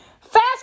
Fast